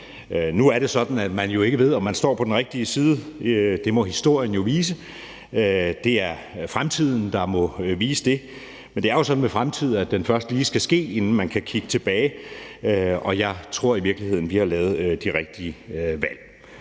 Nu er det sådan, at man jo ikke ved, om man står på den rigtige side, det må historien vise – det er fremtiden, der må vise det. Men det er jo sådan med fremtid, at den først lige skal ske, inden man kan kigge tilbage, og jeg tror i virkeligheden, vi har truffet de rigtige valg.